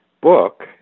book